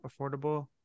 affordable